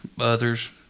others